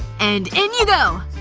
and, in you go!